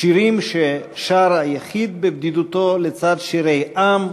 שירים ששר היחיד בבדידותו לצד שירי עם,